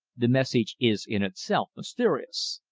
the message is in itself mysterious.